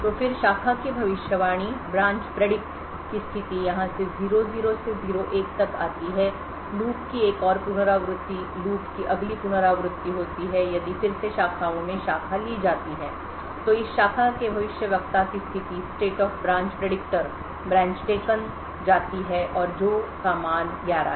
तो फिर शाखा की भविष्यवाणी की स्थिति यहाँ से ०० से ०१ तक आती है लूप की एक और पुनरावृति लूप की अगली पुनरावृत्ति होती है यदि फिर से शाखाओं में शाखा ली जाती है तो इस शाखा के भविष्यवक्ता की स्थिति branch taken जाती है और जो का मान ११ है